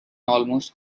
almost